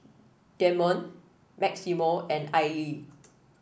Demond Maximo and Aili